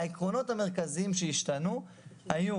העקרונות המרכזיים שהשתנו היו